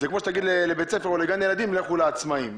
זה כמו שתגיד לבית ספר או לגן ילדים לכו לעצמאים.